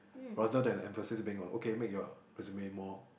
rather than emphasis being on okay make your resume more